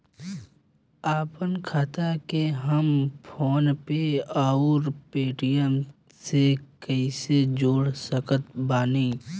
आपनखाता के हम फोनपे आउर पेटीएम से कैसे जोड़ सकत बानी?